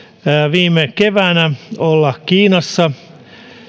viime keväänä olla kiinassa